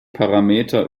parameter